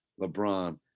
LeBron